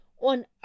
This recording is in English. on